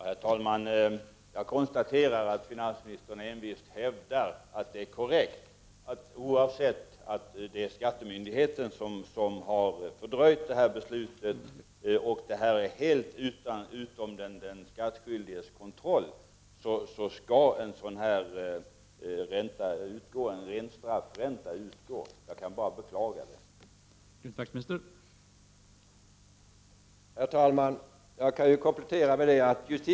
Herr talman! Jag konstaterar att finansministern envist hävdar att det är korrekt att en sådan här ren straffränta skall utgå oavsett om det är skattemyndigheten som har fördröjt beslutet och detta ligger helt utanför den skattskyldiges kontroll. Jag kan bara beklaga detta.